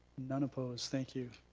none opposed. thank you.